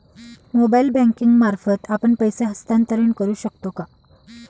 Mobile banking मार्फत आपण पैसे हस्तांतरण करू शकतो का?